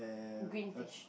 green fish